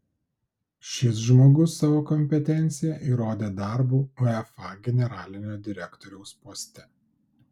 šis žmogus savo kompetenciją įrodė darbu uefa generalinio direktoriaus poste